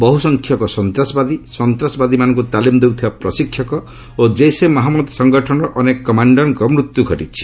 ବହୁ ସଂଖ୍ୟକ ସନ୍ତାସବାଦୀ ସନ୍ତାସବାଦୀମାନଙ୍କୁ ତାଲିମ୍ ଦେଉଥିବା ପ୍ରଶିକ୍ଷକ ଓ ଜେସେ ମହମ୍ମଦ ସଙ୍ଗଠନର ଅନେକ କମାଣ୍ଡାର୍କ୍ ମୃତ୍ୟୁ ଘଟିଛି